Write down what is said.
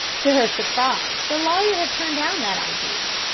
to her surprise the lawyer had turned down that idea.